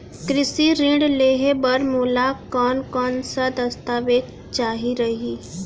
कृषि ऋण लेहे बर मोला कोन कोन स दस्तावेज चाही रही?